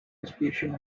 education